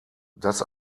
das